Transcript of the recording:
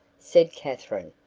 said katherine.